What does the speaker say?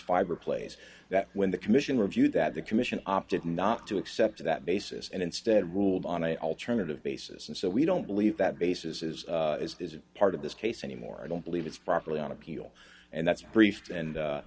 fiber plays that when the commission reviewed that the commission opted not to accept that basis and instead ruled on an alternative basis and so we don't believe that basis is is part of this case anymore i don't believe it's properly on appeal and that's a brief and